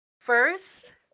First